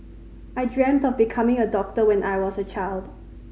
I dreamt of becoming a doctor when I was a child